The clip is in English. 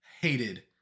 hated